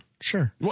Sure